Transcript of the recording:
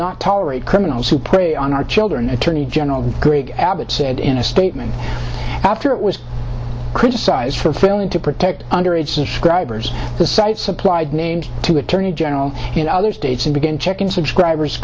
not tolerate criminals who prey on our children attorney general greg abbott said in a statement after it was criticized for failing to protect underage describers the site supplied names to attorney general in other states and began checking subscribers